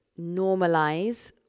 normalize